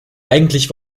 eigentlich